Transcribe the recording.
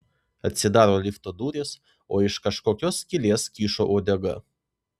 atsidaro lifto durys o iš kažkokios skylės kyšo uodega